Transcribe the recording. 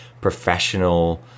professional